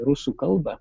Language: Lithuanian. rusų kalbą